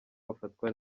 bafatwa